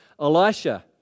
Elisha